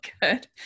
good